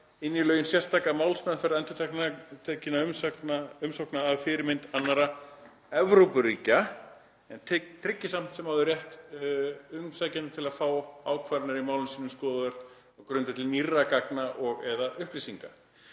inn í lögin sérstaka málsmeðferð endurtekinna umsókna að fyrirmynd annarra Evrópuríkja en tryggja samt sem áður rétt umsækjenda til að fá ákvarðanir í málum sínum skoðaðar á grundvelli nýrra gagna og/eða upplýsinga.